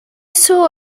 saw